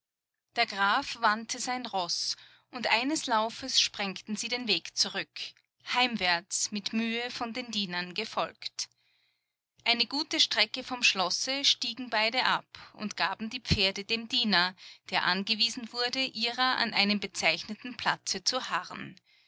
der graf wandte sein roß und eines laufes sprengten sie den weg zurück heimwärts mit mühe von den dienern gefolgt eine gute strecke vom schlosse stiegen beide ab und gaben die pferde dem diener der angewiesen wurde ihrer an einem bezeichneten platze zu harren